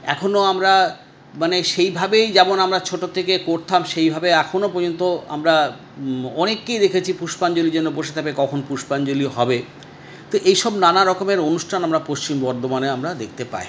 এখনও আমরা মানে সেইভাবেই যেমন আমরা ছোট থেকে করতাম সেইভাবে এখনও পর্যন্ত আমরা অনেককেই দেখেছি পুষ্পাঞ্জলির জন্য বসে থাকে কখন পুষ্পাঞ্জলি হবে তো এইসব নানারকমের অনুষ্ঠান আমরা পশ্চিম বর্ধমানে আমরা দেখতে পাই